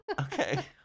Okay